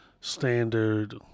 standard